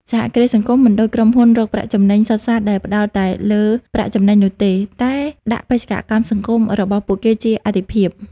សហគ្រាសសង្គមមិនដូចក្រុមហ៊ុនរកប្រាក់ចំណេញសុទ្ធសាធដែលផ្តោតតែលើប្រាក់ចំណេញនោះទេ តែដាក់បេសកកម្មសង្គមរបស់ពួកគេជាអាទិភាព។